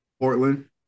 Portland